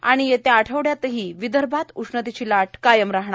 आणि येत्या आठवडयातही विदर्भात उष्णतेची लाट कायम राहणार